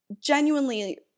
genuinely